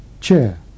chair